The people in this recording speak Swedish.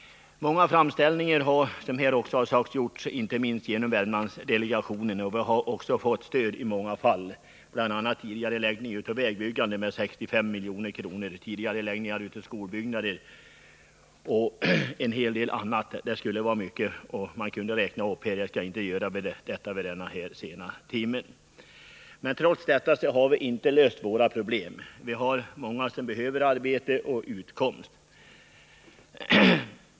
Många framställningar har, som redan sagts i debatten, gjorts inte minst av Värmlandsdelegationen. Vi har också i många fall fått stöd, bl.a. tidigareläggning av vägbyggande till ett belopp av 65 milj.kr. samt tidigareläggning av skolbyggnader. Vi har dessutom fått en hel del annat, som jag vid denna sena timme inte skall räkna upp. Men trots allt detta har våra problem inte lösts. Vi har många som behöver arbete och utkomst.